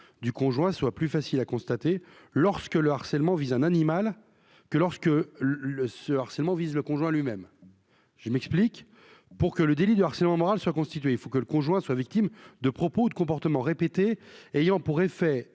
du conjoint soit plus facile à constater, lorsque le harcèlement vise un animal que lorsque le ce harcèlement vise le conjoint lui- même, je m'explique : pour que le délit de harcèlement moral soit constitué, il faut que le conjoint soit victime de propos de comportements répétés ayant pour effet